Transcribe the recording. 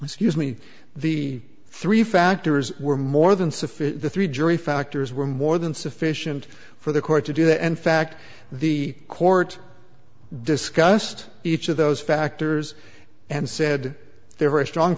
excuse me the three factors were more than sufficient the three jury factors were more than sufficient for the court to do that and fact the court discussed each of those factors and said there were strong